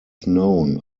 known